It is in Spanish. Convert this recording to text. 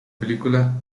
película